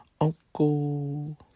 Uncle